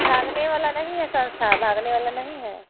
भागने वाला नहीं है संस्था भागने वाला नहीं है